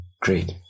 great